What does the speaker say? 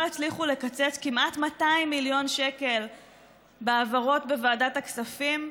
הצליחו לקצץ כמעט 200 מיליון שקל בהעברות בוועדת הכספים.